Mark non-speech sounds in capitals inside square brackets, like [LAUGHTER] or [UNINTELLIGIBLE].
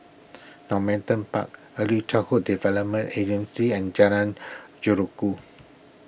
Normanton Park Early Childhood Development Agency and Jalan [UNINTELLIGIBLE]